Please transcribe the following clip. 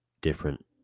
different